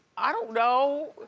i don't know.